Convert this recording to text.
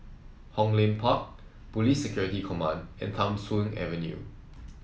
Hong Lim Park Police Security Command and Tham Soong Avenue